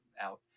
out